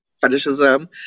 fetishism